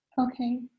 Okay